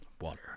Water